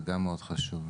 זה גם מאוד חשוב.